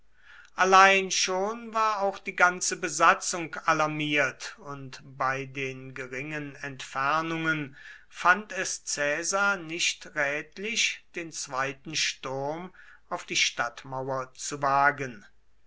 allein schon war auch die ganze besatzung alarmiert und bei den geringen entfernungen fand es caesar nicht rätlich den zweiten sturm auf die stadtmauer zu wagen